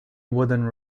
wooden